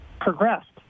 progressed